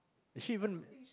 is she even